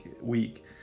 week